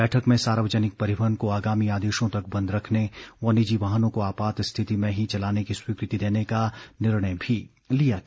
बैठक में सार्वजनिक परिवहन को आगामी आदेशों तक बंद रखने व निजी वाहनों को आपात स्थिति में ही चलाने की स्वीकृति देने का निर्णय भी लिया गया